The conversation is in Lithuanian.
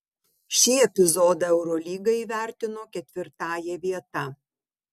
šį epizodą eurolyga įvertino ketvirtąja vieta